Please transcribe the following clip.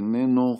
איננו,